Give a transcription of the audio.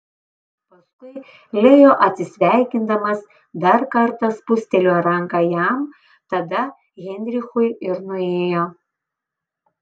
paskui leo atsisveikindamas dar kartą spustelėjo ranką jam tada heinrichui ir nuėjo